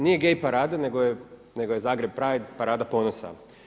Nije gej parada, nego je Zagreb Pride, parada ponosa.